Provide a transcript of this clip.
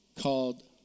called